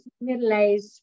middle-aged